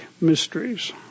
mysteries